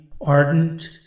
ardent